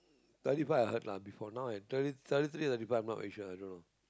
thirty five is what I heard lah before now I thirt~ thirty three I'm not very sure i don't know